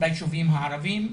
ביישובים הערביים.